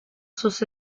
sus